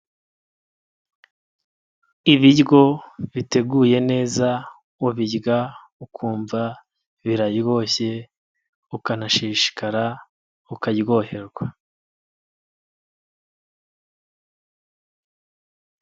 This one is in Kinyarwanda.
Ibiryo biteguye neza ubirya ukumva biraryoshye ukanashishikara ukaryoherwa.